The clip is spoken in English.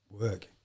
work